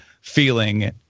feeling